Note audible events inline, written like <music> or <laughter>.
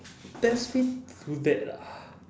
best way do that ah <breath>